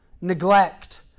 neglect